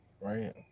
right